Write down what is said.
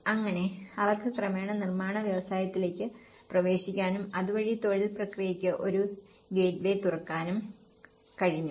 അങ്ങനെ അവർക്ക് ക്രമേണ നിർമ്മാണ വ്യവസായത്തിലേക്ക് പ്രവേശിക്കാനും അതുവഴി തൊഴിൽ പ്രക്രിയയ്ക്ക് ഒരു ഗേറ്റ്വേ തുറക്കാനും കഴിഞ്ഞു